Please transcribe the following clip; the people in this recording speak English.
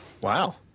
Wow